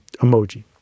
emoji